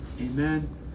amen